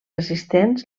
assistents